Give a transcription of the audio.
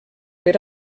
per